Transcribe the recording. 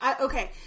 Okay